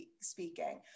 speaking